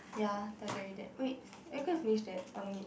ya tell jerry that wait are you gonna finish that or don't need